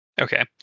okay